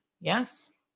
Yes